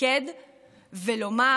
להתלכד ולומר: